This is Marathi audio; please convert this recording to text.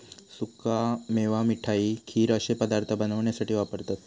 सुका मेवा मिठाई, खीर अश्ये पदार्थ बनवण्यासाठी वापरतत